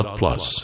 plus